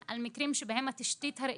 שמקרינה באופן חד-משמעי גם לתוך בתי החולים,